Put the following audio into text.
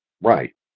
right